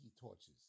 torches